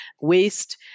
waste